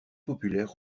populaire